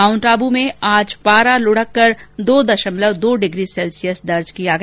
mount Abu में आज पारा लुढ़क कर दो दशमलव दो डिग्री सेल्सियस दर्ज किया गया